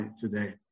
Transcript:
today